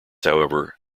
however